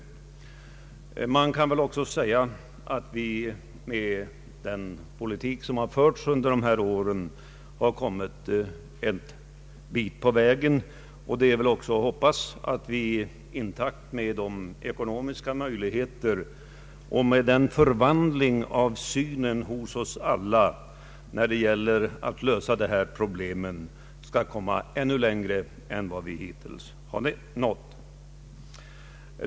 Man kan väl också säga att vi med den politik som har förts under dessa år har kommit en bit på vägen. Det är väl också att hoppas att vi i takt med de ekonomiska möj Ang. regionalpolitiken ligheterna och med en förvandling av synen hos oss alla när det gäller att lösa dessa problem skall komma ännu längre än vi hittills har kommit.